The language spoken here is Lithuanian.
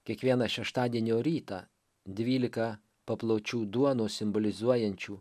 kiekvieną šeštadienio rytą dvylika papločių duonos simbolizuojančių